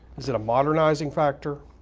is it a modernizing factor